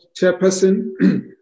Chairperson